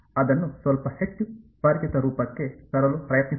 ಅದನ್ನು ಸ್ವಲ್ಪ ಹೆಚ್ಚು ಪರಿಚಿತ ರೂಪಕ್ಕೆ ತರಲು ಪ್ರಯತ್ನಿಸೋಣ